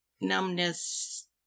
numbness